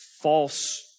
false